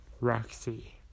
Roxy